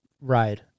ride